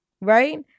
Right